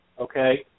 Okay